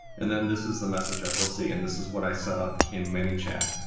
and then this is the message that they'll see, and this is what i set up in manychat.